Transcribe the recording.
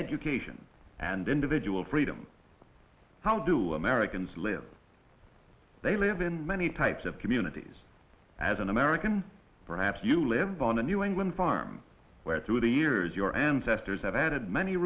education and individual freedom how do americans live they live in many types of communities as an american perhaps you live on a new england farm where through the years your ancestors have added many